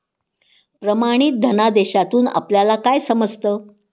प्रमाणित धनादेशातून आपल्याला काय समजतं?